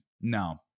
No